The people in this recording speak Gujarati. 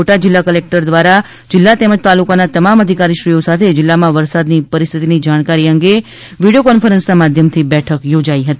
બોટાદ જિલ્લા કલેકટરશ્રી દ્વારા જિલ્લા તેમજ તાલુકાના તમામ અધિકારીશ્રીઓ સાથે જિલ્લામાં વરસાદની પરિસ્થિતિની જાણકારી અંગે તાકીદની વિડિયો કોન્ફોરન્સના માધ્યમથી બેઠક યોજાઈ હતી